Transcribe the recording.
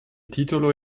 titolo